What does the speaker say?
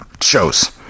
shows